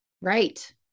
Right